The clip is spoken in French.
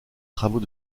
travaux